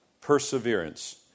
perseverance